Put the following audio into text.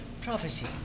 prophecy